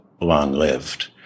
long-lived